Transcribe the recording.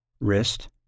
Wrist